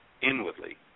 inwardly